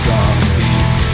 Zombies